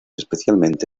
especialmente